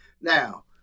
Now